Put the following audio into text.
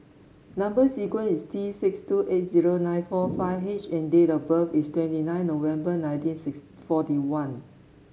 number sequence is T six two eight zero nine four five H and date of birth is twenty nine November nineteen six forty one